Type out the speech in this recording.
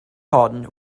hon